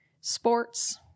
sports